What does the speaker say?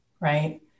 right